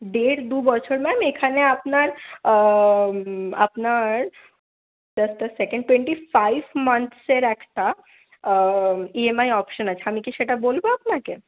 দেড় দু বছর ম্যাম এখানে আপনার আপনার just uh second twenty five মান্থসের একটা ইএমআই অপশান আছে আমি কি সেটা বলবো আপনাকে